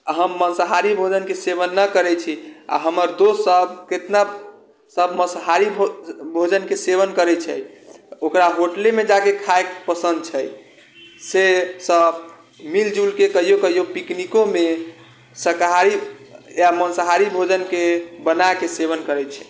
हम माँसाहारी भोजनके सेवन नहि करैत छी आ हमर दोस्त सब केतना सब माँसाहारी भोजनके सेवन करैत छै ओकरा होटलेमे जाके खाएके पसन्द छै से सब मिलजुलके कहिओ कहिओ पिकनिकोमे शाकाहारी या माँसाहारी भोजनके बनाके सेवन करैत छै